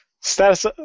Status